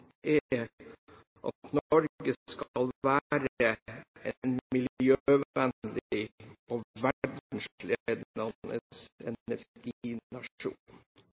at visjonen er at Norge skal være en miljøvennlig og